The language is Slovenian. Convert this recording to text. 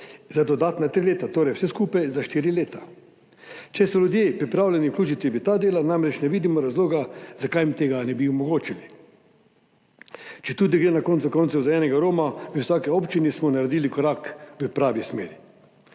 za dodatna tri leta, torej vse skupaj za štiri leta. Če so se ljudjepripravljeni vključiti v ta dela, namreč ne vidimo razloga, zakaj jim tega ne bi omogočili. Četudi gre na koncu koncev za enega Roma v vsaki občini, smo naredili korak v pravo smer.